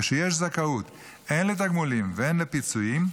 כשיש זכאות הן לתגמולים והן לפיצויים,